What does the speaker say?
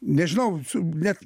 nežinau net